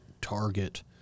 target